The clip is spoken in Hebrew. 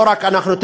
לא רק אנחנו,